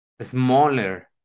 smaller